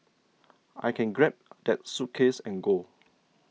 I can grab that suitcase and go